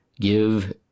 Give